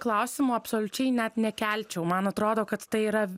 klausimo absoliučiai net nekelčiau man atrodo kad tai yra